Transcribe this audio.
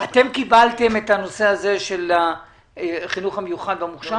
אתם קיבלתם את הנושא של החינוך המיוחד המוכש"ר?